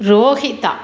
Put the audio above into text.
Rohitha